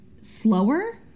slower